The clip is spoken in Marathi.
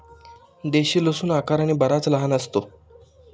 देशी लसूण आकाराने बराच लहान असतो